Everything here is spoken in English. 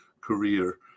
career